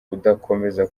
udakomeza